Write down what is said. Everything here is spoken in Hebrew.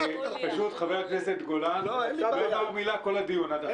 חבר הכנסת גולן לא אמר מילה כל הדיון עד עכשיו,